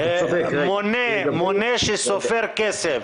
מונה שסופר כסף